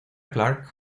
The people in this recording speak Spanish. clarke